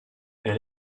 elle